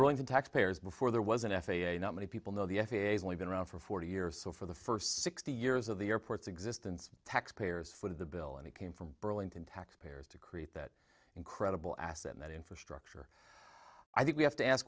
boeing taxpayers before there was an f a a not many people know the f a a has only been around for forty years so for the first sixty years of the airport's existence taxpayers foot the bill and it came from burlington taxpayers to create that incredible asset that infrastructure i think we have to ask